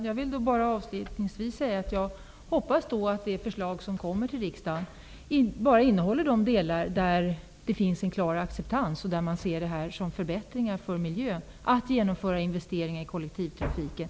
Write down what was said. Fru talman! Avslutningsvis vill jag säga att jag hoppas att det förslag som kommer till riksdagen bara innehåller de delar som det finns en klar acceptans för och som innebär att man ser det som förbättringar för miljön att genomföra investeringar i kollektivtrafiken.